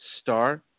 star